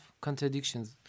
contradictions